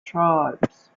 tribes